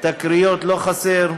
תקריות לא חסר,